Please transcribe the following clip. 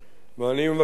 ואני מבקש לומר,